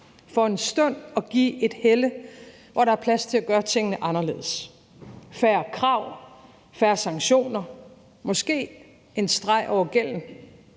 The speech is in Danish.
for en stund give et helle, hvor der er plads til at gøre tingene anderledes. Det betyder færre krav, færre sanktioner og måske en streg over gælden.